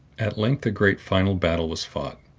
at length a great final battle was fought,